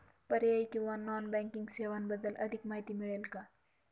पर्यायी किंवा non banking सेवांबद्दल अधिक माहिती मिळेल का?